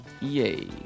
Yay